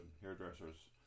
hairdresser's